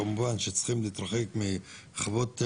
כמובן שצריכים להתרחק מהחוות,